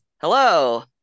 Hello